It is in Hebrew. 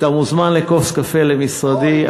אתה מוזמן לכוס קפה למשרדי.